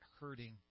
hurting